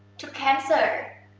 to cancel.